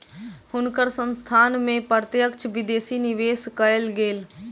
हुनकर संस्थान में प्रत्यक्ष विदेशी निवेश कएल गेल